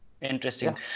Interesting